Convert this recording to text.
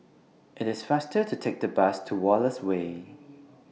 IT IS faster to Take The Bus to Wallace Way